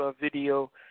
video